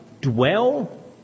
dwell